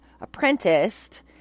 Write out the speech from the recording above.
apprenticed